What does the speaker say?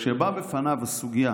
כשבאה בפניו הסוגיה